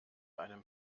einem